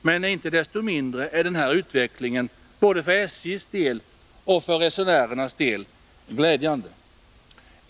Men inte desto mindre är denna utveckling glädjande, både för SJ:s del och för resenärernas del.